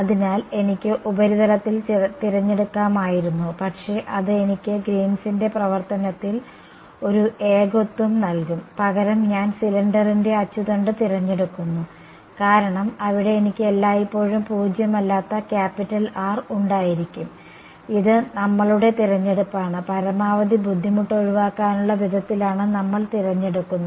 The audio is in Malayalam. അതിനാൽ എനിക്ക് ഉപരിതലത്തിൽ തിരഞ്ഞെടുക്കാമായിരുന്നു പക്ഷേ അത് എനിക്ക് ഗ്രീൻസിന്റെ പ്രവർത്തനത്തിൽ Green's function ഒരു ഏകത്വം നൽകും പകരം ഞാൻ സിലിണ്ടറിന്റെ അച്ചുതണ്ട് തിരഞ്ഞെടുക്കുന്നു കാരണം അവിടെ എനിക്ക് എല്ലായ്പ്പോഴും പൂജ്യമല്ലാത്ത ക്യാപിറ്റൽ R ഉണ്ടായിരിക്കും ഇത് നമ്മളുടെ തിരഞ്ഞെടുപ്പാണ് പരമാവധി ബുദ്ധിമുട്ട് ഒഴിവാക്കാനുള്ള വിധത്തിലാണ് നമ്മൾ ഇത് തിരഞ്ഞെടുക്കുന്നത്